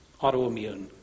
autoimmune